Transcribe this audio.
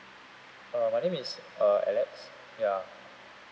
uh my name is uh alex ya